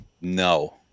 No